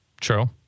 True